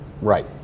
Right